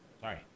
Sorry